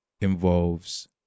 involves